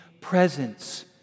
presence